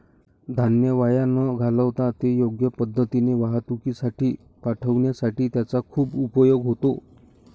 धान्य वाया न घालवता ते योग्य पद्धतीने वाहतुकीसाठी पाठविण्यासाठी त्याचा खूप उपयोग होतो